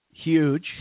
huge